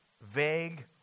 vague